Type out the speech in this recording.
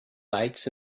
lights